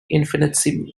infinitesimal